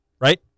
Right